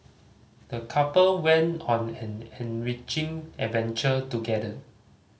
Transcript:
the couple went on an enriching adventure together